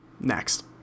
Next